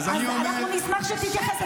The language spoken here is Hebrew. אנחנו נשמח שתתייחס.